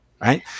Right